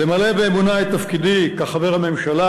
למלא באמונה את תפקידי כחבר הממשלה